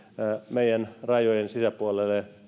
meidän rajojemme sisäpuolelle